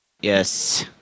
Yes